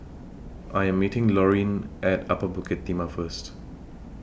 I Am meeting Lorene At Upper Bukit Timah First